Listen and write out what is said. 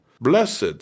Blessed